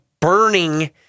burning